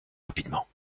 rapidement